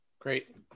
Great